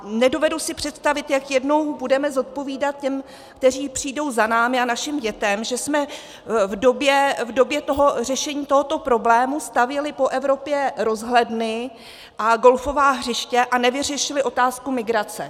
Nedovedu si představit, jak jednou budeme zodpovídat těm, kteří přijdou za námi, a našim dětem, že jsme v době řešení tohoto problému stavěli po Evropě rozhledny a golfová hřiště a nevyřešili otázku migrace.